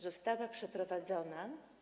została przeprowadzona.